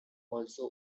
also